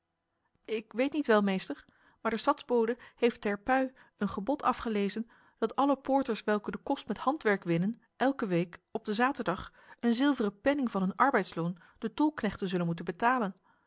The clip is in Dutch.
ik weet niet wel meester maar de stadsbode heeft ter pui een gebod afgelezen dat alle poorters welke de kost met handwerk winnen elke week op de zaterdag een zilveren penning van hun arbeidsloon de tolknechten zullen moeten betalen